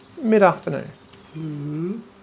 mid-afternoon